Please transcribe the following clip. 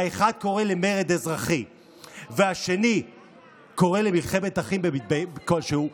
האחד קורא למרד אזרחי והשני קורא למלחמת אחים במתווה כלשהו,